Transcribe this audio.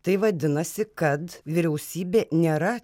tai vadinasi kad vyriausybė nėra